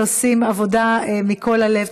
שעושים עבודה מכל הלב.